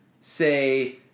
say